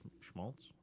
Schmaltz